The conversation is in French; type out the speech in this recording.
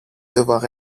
devoir